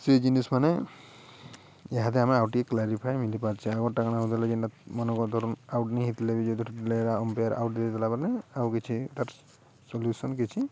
ସେଇ ଜିନିଷ ମାନେ ଏହା ଦେଇ ଆମେ ଆଉ ଟିିକେ କ୍ଲାରିଫାଏ ମିଳିପାରୁଛି ଆଉ ଆଉଟ ନହୋଇଥିଲେ ବି ଯେ ଅମ୍ପେୟାର ଆଉଟ ଦେଇଦେଲା ମାନେ ତାର ଆଉ କିଛି ସଲ୍ୟୁସନ୍ କିଛି